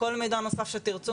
כל מידע נוסף שתרצו,